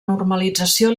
normalització